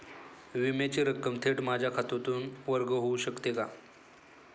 विम्याची रक्कम थेट माझ्या खात्यातून वर्ग होऊ शकते का?